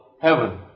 heaven